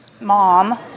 Mom